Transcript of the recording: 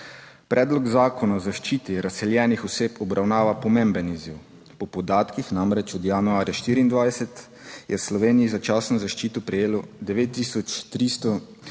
Predlog zakona o zaščiti razseljenih oseb obravnava pomemben izziv. Po podatkih namreč od januarja 2024 je v Sloveniji začasno zaščito prejelo 9393